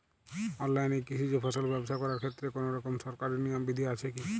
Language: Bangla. অনলাইনে কৃষিজ ফসল ব্যবসা করার ক্ষেত্রে কোনরকম সরকারি নিয়ম বিধি আছে কি?